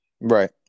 Right